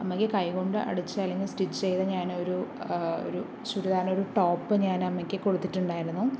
അമ്മക്ക് കൈകൊണ്ട് അടിച്ച അല്ലെങ്കിൽ സ്റ്റിച്ച് ചെയ്ത ഞാനൊരു ഒരു ചുരിദാറിന് ഒരു ടോപ്പ് ഞാൻ അമ്മയ്ക്ക് കൊടുത്തിട്ടുണ്ടായിരുന്നു